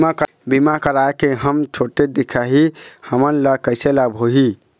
बीमा कराए के हम छोटे दिखाही हमन ला कैसे लाभ होही?